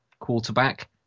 quarterback